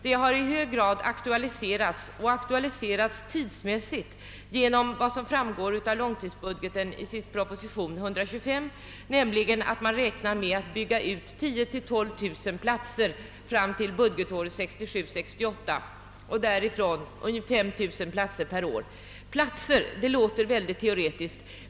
Frågan har i hög grad aktualiserats tidsmässigt efter vad som framgår av långtidsbudgeten i propositionen nr 125. Man räknar nämligen med att bygga ut 10 000—12 000 daghemsplatser fram till budgetåret 1967/68 och därefter 5000 platser per år. Ordet platser låter mycket teoretiskt.